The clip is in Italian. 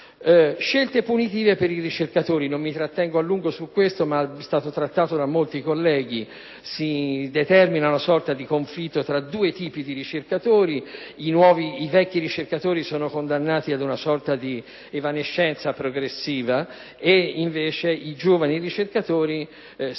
Scelte punitive per i ricercatori: argomento sul quale non mi tratterrò a lungo, e che è stato trattato da molti colleghi. Si determina una sorta di conflitto tra due tipi di ricercatori: i vecchi ricercatori sono condannati ad una sorta di evanescenza progressiva, mentre i giovani ricercatori sono